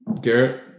Garrett